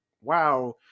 wow